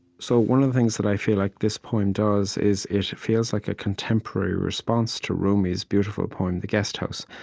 so one of the things that i feel like this poem does is, it it feels like a contemporary response to rumi's beautiful poem the guest house.